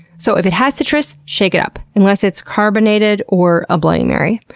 so, if it has citrus, shake it up, unless it's carbonated or a bloody mary.